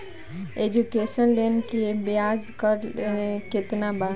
Education loan के ब्याज दर केतना बा?